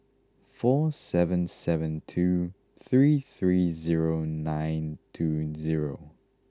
four seven seven two three three zero nine two zero